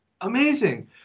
amazing